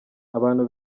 abantu